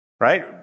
Right